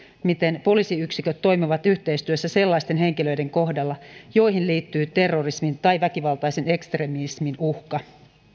miten poliisiyksiköt toimivat yhteistyössä sellaisten henkilöiden kohdalla joihin liittyy terrorismin tai väkivaltaisen ekstremismin uhka